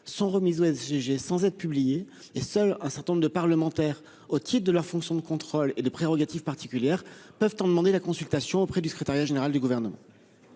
sont remises. Sans être publié et seul un certain nombre de parlementaires au pied de la fonction de contrôle et de prérogatives particulières peuvent en demander la consultation auprès du secrétariat général du gouvernement.